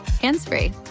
hands-free